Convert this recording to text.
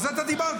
על זה אתה דיברת.